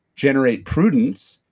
generate prudence,